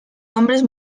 hombres